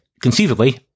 conceivably